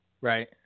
Right